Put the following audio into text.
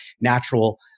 natural